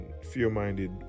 fear-minded